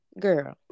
girl